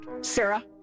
Sarah